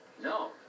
No